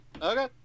Okay